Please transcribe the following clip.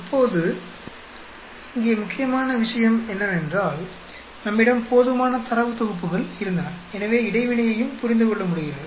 இப்போது இங்கே முக்கியமான விஷயம் என்னவென்றால் நம்மிடம் போதுமான தரவுத் தொகுப்புகள் இருந்தன எனவே இடைவினையையும் புரிந்து கொள்ள முடிகிறது